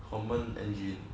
common engin